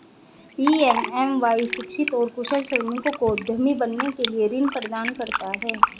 PMMY शिक्षित और कुशल श्रमिकों को उद्यमी बनने के लिए ऋण प्रदान करता है